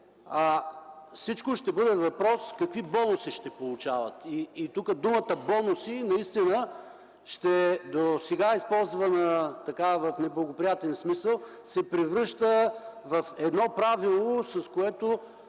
всичко ще бъде въпрос какви бонуси ще получават. И тук думата „бонуси”, досега използвана в неблагоприятен смисъл, се превръща в едно правило, с което